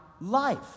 life